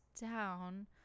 down